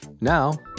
Now